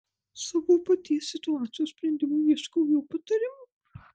savo paties situacijos sprendimui ieškau jo patarimo